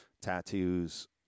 tattoos